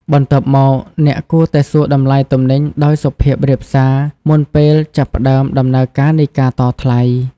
បន្ទាប់មក អ្នកគួរតែសួរតម្លៃទំនិញដោយសុភាពរាបសារមុនពេលចាប់ផ្តើមដំណើរការនៃការតថ្លៃ។